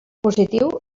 positiu